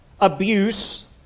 abuse